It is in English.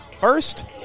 first